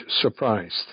surprised